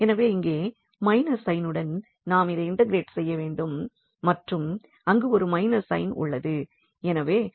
எனவே இங்கே மைனஸ் சைனுடன் நாம் இதை இன்டெக்ரேட் செய்ய வேண்டும் மற்றும் அங்கு ஒரு மைனஸ் சைன் உள்ளது